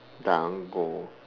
dango